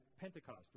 Pentecost